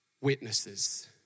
witnesses